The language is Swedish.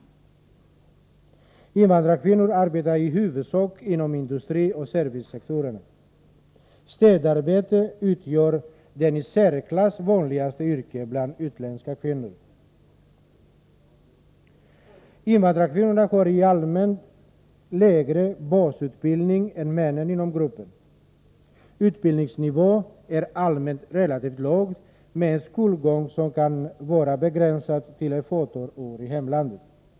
Invandrarkvinnor arbetar i huvudsak inom industrioch servicesektorerna. Städarbete utgör det i särklass vanligaste yrket bland utländska kvinnor. Invandrarkvinnorna har en allmänt sett lägre basutbildning än männen inom gruppen. Utbildningsnivån är relativt låg med en skolgång som kan vara begränsad till ett fåtal år i hemlandet.